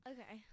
Okay